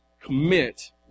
commit